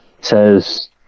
says